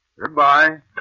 Goodbye